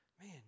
Man